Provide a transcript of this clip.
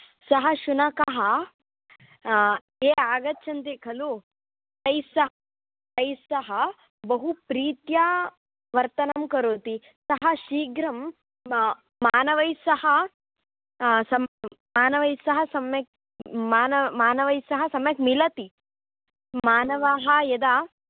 सः शुनकः ये आगच्छन्ति खलु तैः सह तैः सह बहु प्रीत्या वर्तनं करोति तथा शीघ्रं मानवैः सह मानवैः सह सम्यक् मान मानवैः सह सम्यक् मिलति मानवाः यदा